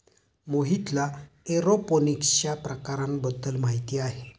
मोहितला एरोपोनिक्सच्या प्रकारांबद्दल माहिती आहे